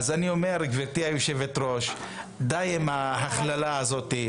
אז אני אומר, גברתי היו"ר, די עם ההכללה הזאת.